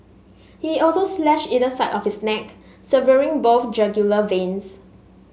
he also slashed either side of his neck severing both jugular veins